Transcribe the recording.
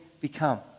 become